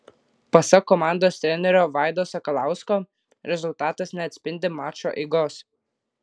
pasak komandos trenerio vaido sakalausko rezultatas neatspindi mačo eigos